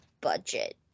budget